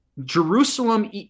Jerusalem